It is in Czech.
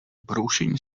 broušení